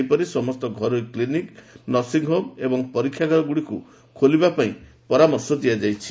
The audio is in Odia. ସେହିପରି ସମସ୍ତ ଘରୋଇ କ୍ଲିନିକ୍ ନର୍ସିଂହୋମ୍ ଏବଂ ପରୀକ୍ଷାଗାରଗୁଡ଼ିକୁ ଖୋଲିବାପାଇଁ ପରାମର୍ଶ ଦିଆଯାଇଛି